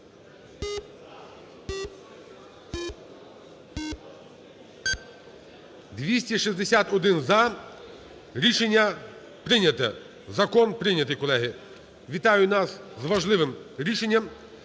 За-261 Рішення прийняте. Закон прийнятий. Колеги, вітаю нас з важливим рішенням.